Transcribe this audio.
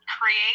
create